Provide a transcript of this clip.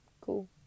cool